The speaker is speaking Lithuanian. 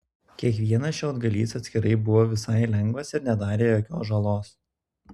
kiekvienas šiaudgalys atskirai buvo visai lengvas ir nedarė jokios žalos